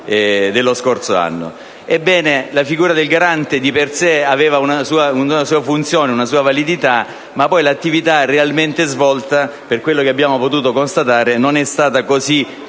anno. La figura del Garante, di per sé, aveva una sua funzione e una sua validità, ma poi l'attività realmente svolta, per quello che abbiamo potuto constatare, non è stata così